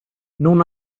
non